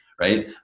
Right